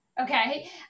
okay